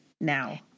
now